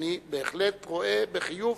שאני בהחלט רואה בחיוב